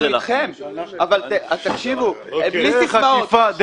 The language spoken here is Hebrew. אבל תקשיבו, בלי סיסמאות.